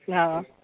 हँ